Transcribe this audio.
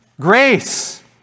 Grace